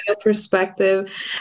perspective